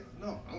no